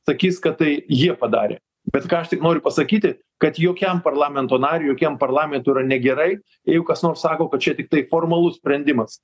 sakys kad tai jie padarė bet ką aš tik noriu pasakyti kad jokiam parlamento nariui jokiam parlamentui yra negerai jeigu kas nors sako kad čia tiktai formalus sprendimas